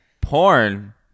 Porn